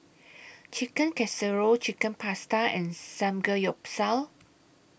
Chicken Casserole Chicken Pasta and Samgeyopsal